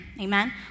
Amen